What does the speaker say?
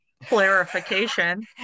clarification